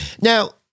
Now